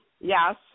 Yes